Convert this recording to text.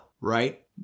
right